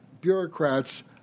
bureaucrats